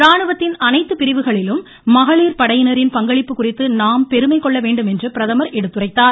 ராணுவத்தின் அனைத்துப் பிரிவுகளிலும் மகளிர் படையினரின் பங்களிப்பு குறித்து நாம் பெருமை கொள்ள வேண்டுமென்று பிரதமர் எடுத்துரைத்தார்